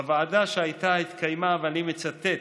בוועדה שהייתה, התקיימה, אני מצטט,